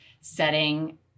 setting